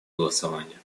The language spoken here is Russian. голосования